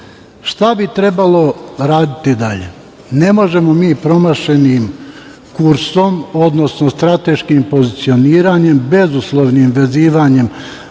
bi trebalo raditi dalje? Ne možemo mi promašenim kursom, odnosno strateškim pozicioniranjem, bezuslovnim vezivanjem